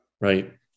right